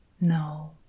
No